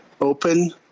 open